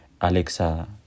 Alexa،